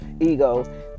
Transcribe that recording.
ego